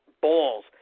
balls